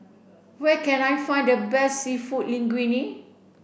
where can I find the best Seafood Linguine